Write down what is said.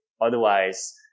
otherwise